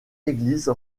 église